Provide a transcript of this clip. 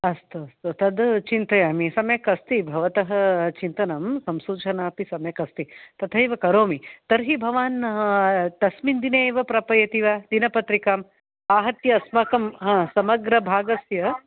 अस्तु अस्तु तत् चिन्तयामि सम्यक् अस्ति भवत चिन्तनं संसूचना अपि सम्यक् अस्ति तथैव करोमि तर्हि भवान् अ तस्मिन् दिने एव प्रापयति वा दिनपत्रिकाम् आहत्य अस्माकं ह समग्रभागस्य